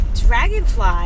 dragonfly